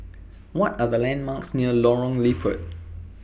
What Are The landmarks near Lorong Liput